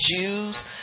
Jews